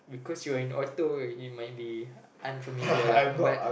cause you are in auto you might be unfamiliar lah but